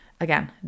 Again